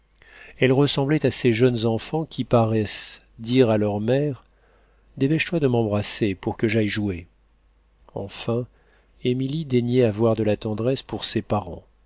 elle ressemblait à ces jeunes enfants qui paraissent dire à leur mère dépêche-toi de m'embrasser pour que j'aille jouer enfin émilie daignait avoir de la tendresse pour ses parents